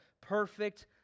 perfect